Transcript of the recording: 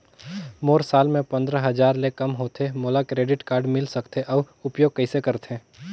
मोर साल मे पंद्रह हजार ले काम होथे मोला क्रेडिट कारड मिल सकथे? अउ उपयोग कइसे करथे?